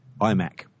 iMac